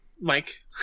Mike